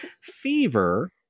fever